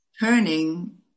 turning